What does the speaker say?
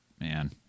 man